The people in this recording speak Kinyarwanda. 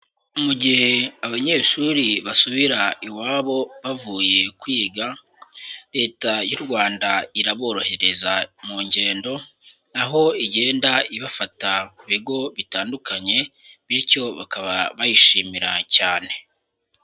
Mu gihe abanyeshuri basubira iwabo bavuye kwiga Leta y'u Rwanda iraborohereza mu ngendo, aho igenda ibafata ku bigo bitandukanye bityo bakaba bayishimira cyane.